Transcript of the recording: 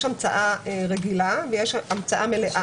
יש המצאה רגילה ויש המצאה מלאה.